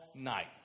night